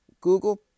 google